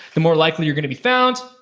the more likely you're gonna be found,